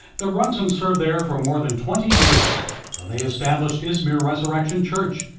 the run son served there for more than twenty years where they established izmir resurrection church.